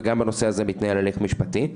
וגם בנושא הזה מתנהל הליך משפטי,